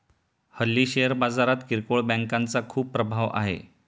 हल्ली शेअर बाजारात किरकोळ बँकांचा खूप प्रभाव आहे